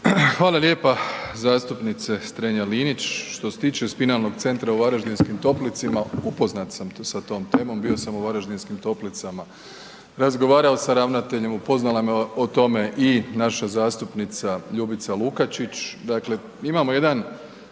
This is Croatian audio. Hvala lijepo zastupnice Strenja Linić. Što se tiče Spinalnog centra u Varaždinskim Toplicama, upoznat sam sa tom temom, bio sam u Varaždinskim Toplicama, razgovarao sa ravnateljem, upoznala me o tome i naša zastupnica Ljubica Lukačić, dakle imamo jedan